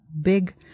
big